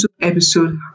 episode